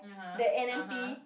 that N_M_P